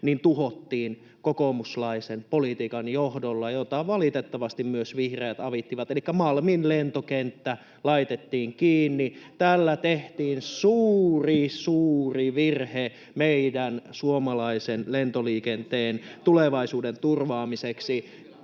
tuhottiin kokoomuslaisen politiikan johdolla, jota valitettavasti myös vihreät avittivat, elikkä Malmin lentokenttä laitettiin kiinni. Tällä tehtiin suuri, suuri virhe meidän suomalaisen lentoliikenteen tulevaisuuden turvaamisen